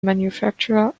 manufacturer